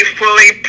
fully